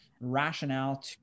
rationale